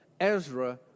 Ezra